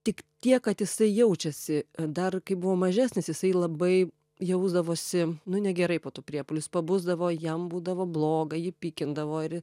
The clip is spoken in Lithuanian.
tik tiek kad jisai jaučiasi dar kai buvo mažesnis jisai labai jausdavosi nu negerai po tų priepuolius pabusdavo jam būdavo bloga jį pykindavo ir